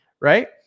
Right